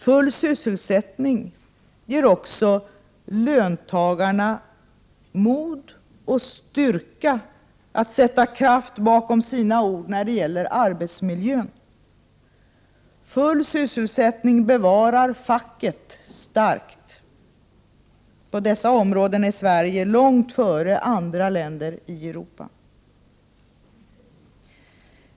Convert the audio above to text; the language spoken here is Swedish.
Full sysselsättning ger också löntagarna mod och styrka att sätta kraft bakom sina ord när det gäller arbetsmiljön. Full sysselsättning bevarar facket starkt. På dessa områden är Sverige långt före andra länder i Europa.